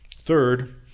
Third